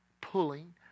pulling